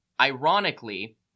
Ironically